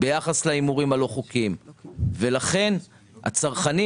ביחס להימורים הלא חוקיים ולכן הצרכנים